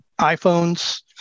iPhones